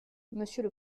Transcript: monsieur